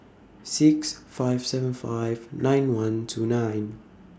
six five seven five nine one two nine